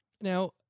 Now